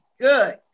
good